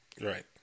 right